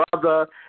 brother